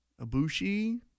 Abushi